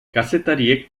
kazetariek